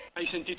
i didn't didn't